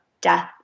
death